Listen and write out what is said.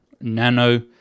nano